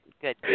good